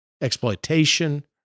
exploitation